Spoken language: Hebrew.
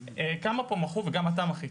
כמה פה מחו וגם אתה מחית,